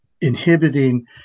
inhibiting